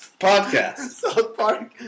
podcast